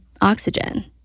Oxygen